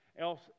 else